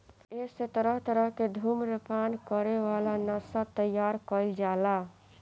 एसे तरह तरह के धुम्रपान करे वाला नशा तइयार कईल जाला